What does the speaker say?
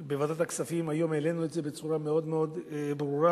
בוועדת הכספים היום העלינו את זה בצורה מאוד מאוד ברורה.